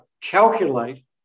calculate